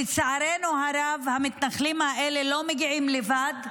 לצערנו הרב, המתנחלים האלה לא מגיעים לבד,